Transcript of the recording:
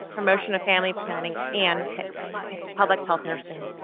promotion of family planning and public health nursing.